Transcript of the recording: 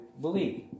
believe